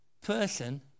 person